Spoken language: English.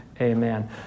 amen